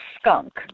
skunk